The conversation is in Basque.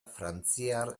frantziar